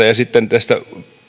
ja